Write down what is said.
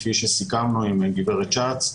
כפי שסיכמנו עם גברת שץ.